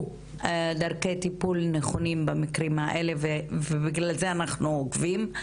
דרכי טיפול נכונים במקרים האלה ובגלל זה אנחנו עוקבים.